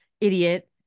Idiot